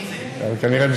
בסדר, מי זה?